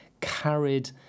carried